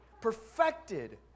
perfected